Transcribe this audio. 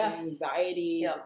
anxiety